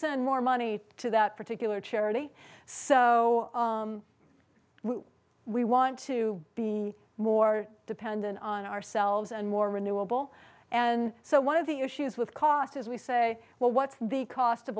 send more money to that particular charity so when we want to be more dependent on ourselves and more renewable and so one of the issues with cost is we say well what's the cost of